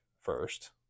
first